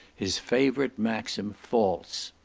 his favourite maxim, false.